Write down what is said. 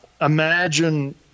imagine